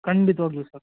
ಖಂಡಿತವಾಗಲೂ ಸರ್